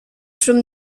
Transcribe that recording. from